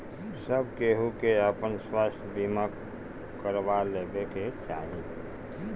सब केहू के आपन स्वास्थ्य बीमा करवा लेवे के चाही